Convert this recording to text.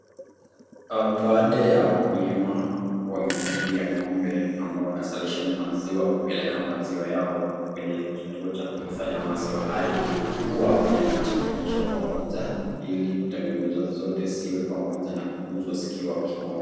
Baadhi ya wakulima wa mifugo ya ng'ombe ambao wanazalisha maziwa kupeleka maziwa yao kwenye kituo cha kukusanya maziwa hayo. Huwa yanachanganyishwa pamoja ili kutengenezwa zote ziwe pamoja na kuuzwa ziwe kimoja.